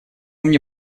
мне